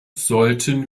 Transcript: sollten